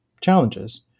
challenges